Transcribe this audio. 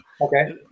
Okay